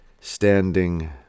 standing